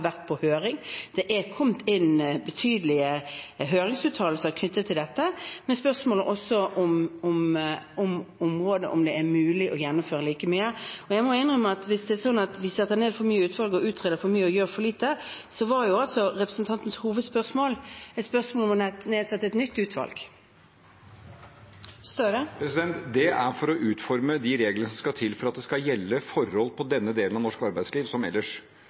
vært på høring. Det er kommet inn betydelige høringsuttalelser knyttet til dette med spørsmål også om det er mulig å gjennomføre like mye på området. Jeg må innrømme at hvis det er sånn at vi setter ned for mange utvalg og utreder for mye og gjør for lite, så var jo representantens hovedspørsmål et spørsmål om å nedsette et nytt utvalg. Det blir oppfølgingsspørsmål – først Jonas Gahr Støre. Det er for å utforme de reglene som skal til for at det skal gjelde forhold i denne delen av norsk arbeidsliv som ellers.